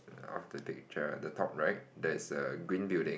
of the danger the top right there's a green building